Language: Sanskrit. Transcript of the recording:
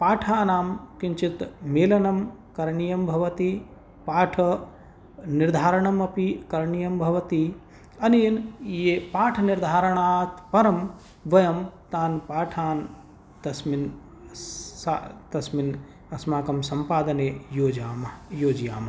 पाठानां किञ्चित् मेलनं करणीयं भवति पाठनिर्धारणम् अपि करणीयं भवति अनेन ये पाठनिर्धारणात् परं वयं तान् पाठान् तस्मिन् अस्माकं सम्पादने योजयामः